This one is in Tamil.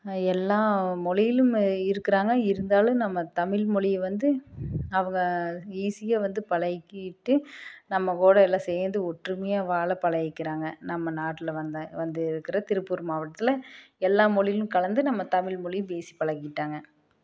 எல்லா மொழியிலும் இருக்குறாங்க இருந்தாலும் நம்ம தமிழ் மொழியை வந்து அவங்க ஈஸியாக வந்து பழகிட்டு நம்ம கூட எல்லாம் சேர்ந்து ஒற்றுமையாக வாழ பழகிக்கிறாங்க நம்ம நாட்ல வந்து வந்து இருக்கிற திருப்பூர் மாவட்டத்தில் எல்லா மொழியிலும் கலந்து நம்ம தமிழ்மொழி பேசி பழகிட்டாங்க